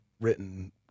written